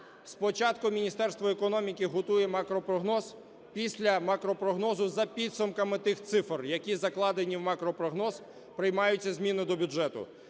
Спочатку Міністерство економіки готує макропрогноз, після макропрогнозу за підсумками тих цифр, які закладені в макропрогноз, приймаються зміни до бюджету.